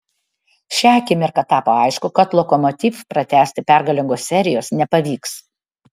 šią akimirką tapo aišku kad lokomotiv pratęsti pergalingos serijos nepavyks